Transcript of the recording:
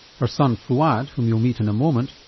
her son fouad whom you'll meet in a moment,